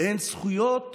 אין זכויות